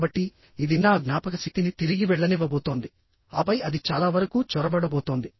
కాబట్టిఇది నా జ్ఞాపకశక్తిని తిరిగి వెళ్లనివ్వబోతోంది ఆపై అది చాలా వరకు చొరబడబోతోంది